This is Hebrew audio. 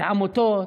עמותות,